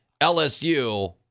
LSU